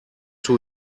too